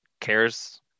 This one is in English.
cares